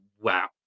Wow